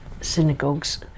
synagogues